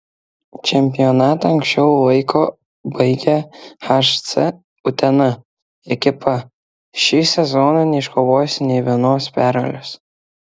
čempionatą anksčiau laiko baigė hc utena ekipa šį sezoną neiškovojusi nė vienos pergalės